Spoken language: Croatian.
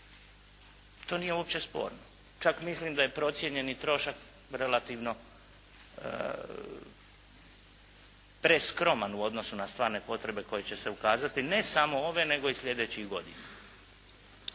To nije uopće sporno. Čak mislim da je procijenjeni trošak relativno preskroman u odnosu na stvarne potrebe koje će se ukazati, ne samo ove, nego i slijedećih godina.